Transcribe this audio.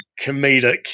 comedic